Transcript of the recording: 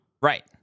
Right